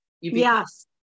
Yes